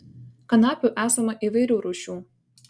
kanapių esama įvairių rūšių